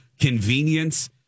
convenience